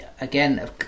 again